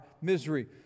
misery